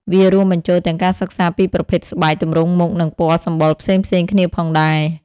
វារួមបញ្ចូលទាំងការសិក្សាពីប្រភេទស្បែក ទម្រង់មុខ និងពណ៌សម្បុរផ្សេងៗគ្នាផងដែរ។